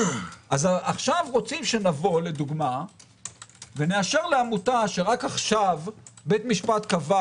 אז עכשיו רוצים שנבוא למשל ונאשר לעמותה שרק עכשיו בית המשפט קבע